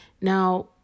now